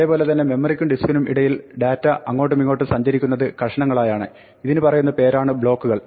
അതേപൊലെതന്നെ മെമ്മറിക്കും ഡിസ്ക്കിനും ഇടയിൽ ഡാറ്റ അങ്ങോട്ടുമിങ്ങോട്ടും സഞ്ചരിക്കുന്നത് കഷണങ്ങളായാണ് ഇതിന് പറയുന്ന പേരാണ് ബ്ലോക്കുകൾ